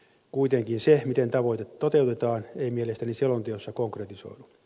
kuitenkin se miten tavoite toteutetaan ei mielestäni selonteossa konkretisoidu